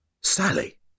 Sally